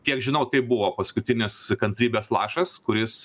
kiek žinau tai buvo paskutinis kantrybės lašas kuris